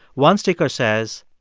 one sticker says,